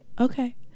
okay